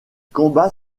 combat